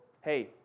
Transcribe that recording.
hey